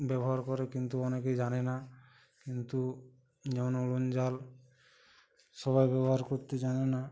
ব্যবহার করে কিন্তু অনেকেই জানে না কিন্তু জনগণ জাল সবাই ব্যবহার করতে জানে না